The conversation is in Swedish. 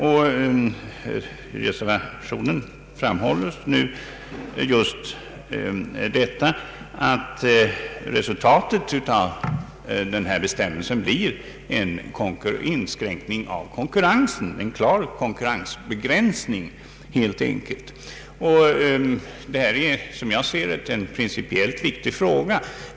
I reservationen framhålles just att resultatet av denna bestämmelse blir en inskränkning av konkurrensen, helt enkelt en klar konkurrensbegränsning. Detta är enligt min mening en principiellt viktig fråga.